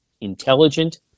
intelligent